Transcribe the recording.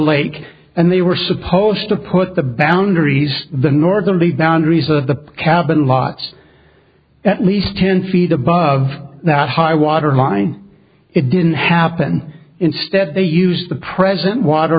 lake and they were supposed to put the balland or ease the northern the boundaries of the cabin lots at least ten feet above that high water line it didn't happen instead they used the present water